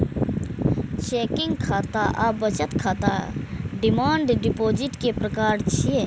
checking खाता आ बचत खाता डिमांड डिपोजिट के प्रकार छियै